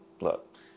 look